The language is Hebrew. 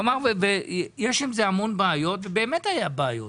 הוא אמר שיש עם זה המון בעיות, ובאמת היו בעיות.